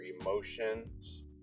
emotions